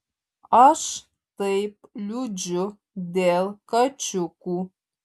aš taip liūdžiu dėl kačiukų